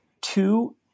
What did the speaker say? two